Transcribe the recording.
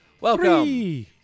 Welcome